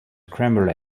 scrambled